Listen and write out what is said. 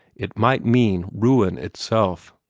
it might mean ruin itself.